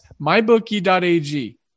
mybookie.ag